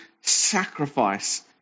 sacrifice